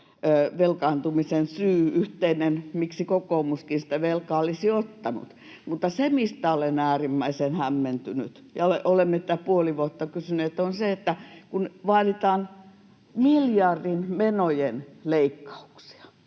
velkaantumisen syy, miksi kokoomuskin sitä velkaa olisi ottanut. Mutta se, mistä olen äärimmäisen hämmentynyt ja mitä olemme puoli vuotta kysyneet, on se, että kun vaaditaan miljardin menojen leikkauksia,